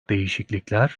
değişiklikler